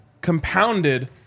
compounded